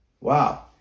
Wow